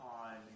on